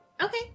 Okay